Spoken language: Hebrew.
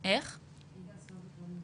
קשות או כאלו שהן עם תחלואה יותר גבוהה.